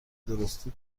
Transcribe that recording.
درستی